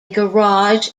garage